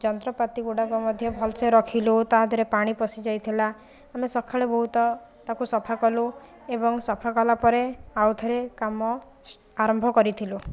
ଯନ୍ତ୍ରପାତି ଗୁଡ଼ାକ ମଧ୍ୟ ଭଲସେ ରଖିଲୁ ତା ଦେହରେ ପାଣି ପସି ଯାଇଥିଲା ଆମେ ସଖାଳୁ ବହୁତ ତାକୁ ସଫା କଲୁ ଏବଂ ସଫା କଲାପରେ ଆଉ ଥରେ କାମ ସ୍ ଆରମ୍ଭ କରିଥିଲୁ